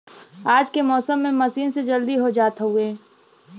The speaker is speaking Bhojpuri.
आज के समय में मसीन से जल्दी हो जात हउवे